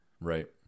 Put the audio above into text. Right